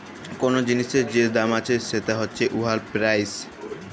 call জিলিসের যে দাম আছে সেট হছে উয়ার পেরাইস